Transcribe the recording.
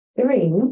Three